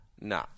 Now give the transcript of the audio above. No